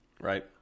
Right